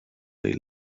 they